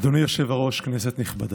אדוני היושב-ראש, כנסת נכבדה,